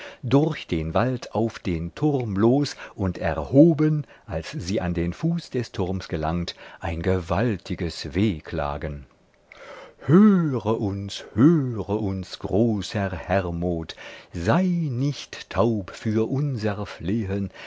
durch den wald auf den turm los und erhoben als sie an den fuß des turms gelangt ein gewaltiges wehklagen höre uns höre uns großer hermod sei nicht taub für unser